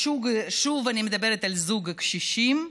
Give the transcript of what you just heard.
שוב אני מדברת על זוג קשישים,